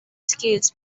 scales